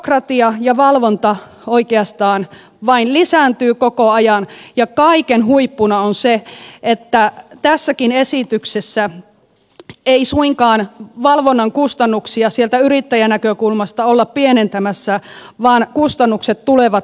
byrokratia ja valvonta oikeastaan vain lisääntyvät koko ajan ja kaiken huippuna on se että tässäkään esityksessä ei suinkaan valvonnan kustannuksia sieltä yrittäjän näkökulmasta olla pienentämässä vaan kustannukset tulevat kasvamaan